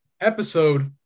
episode